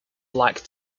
black